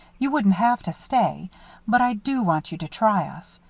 you wouldn't have to stay but i do want you to try us.